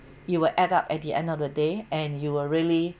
you will add up at the end of the day and you will really